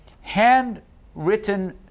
handwritten